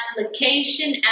application